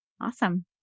Awesome